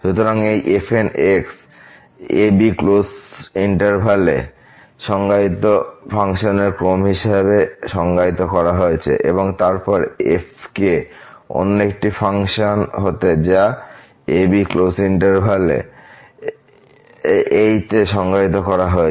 সুতরাং এই fn a b ব্যবধান এ সংজ্ঞায়িত ফাংশনের ক্রম হিসাবে সংজ্ঞায়িত করা হয়েছে এবং তারপর f কে অন্য একটি ফাংশন হতে যা a b এইতে সংজ্ঞায়িত করা হয়েছে